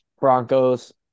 Broncos